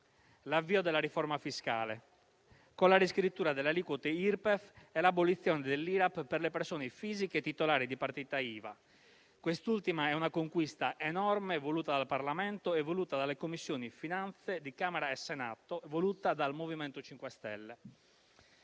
l'avvio della riforma fiscale, con la riscrittura delle aliquote Irpef e l'abolizione dell'IRAP per le persone fisiche titolari di partita IVA. Quest'ultima è una conquista enorme voluta dal Parlamento, in particolare dalle Commissioni finanze di Camera e Senato, voluta dal MoVimento 5 Stelle.